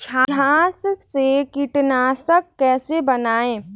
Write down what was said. छाछ से कीटनाशक कैसे बनाएँ?